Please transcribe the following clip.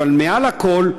אבל מעל הכול,